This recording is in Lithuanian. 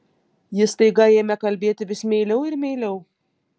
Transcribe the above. ji staiga ėmė kalbėti vis meiliau ir meiliau